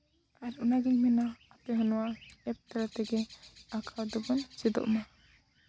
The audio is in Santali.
ᱟᱨ ᱚᱱᱟᱜᱤᱧ ᱢᱮᱱᱟ ᱟᱯᱮ ᱦᱚᱸ ᱱᱚᱣᱟ ᱮᱯ ᱛᱟᱞᱟ ᱛᱮᱜᱮ ᱟᱸᱠᱟᱣ ᱫᱚᱵᱚᱱ ᱪᱮᱫᱚᱜ ᱢᱟ